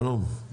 שלום,